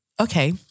Okay